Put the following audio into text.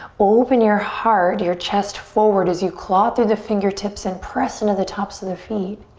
open your heart, your chest, forward as you claw through the fingertips and press into the tops of the feet.